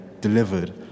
delivered